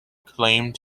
claimed